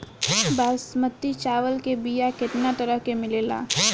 बासमती चावल के बीया केतना तरह के मिलेला?